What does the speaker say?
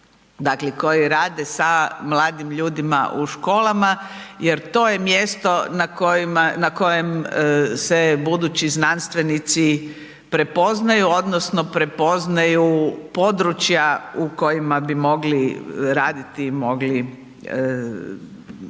koji rade sa mladim ljudima u školama jer to je mjesto na kojem se budući znanstvenici prepoznaju, odnosno prepoznaju područja u kojima bi mogli raditi i mogli